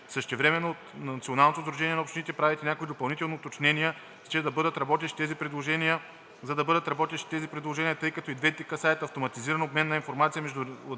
Същевременно от Националното сдружение на общините в Република България правят и някои допълнителни уточнения, за да бъдат работещи тези предложения, тъй като и двете касаят автоматизиран обмен на информация между